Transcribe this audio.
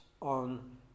on